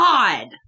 God